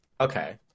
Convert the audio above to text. Okay